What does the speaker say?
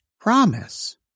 promise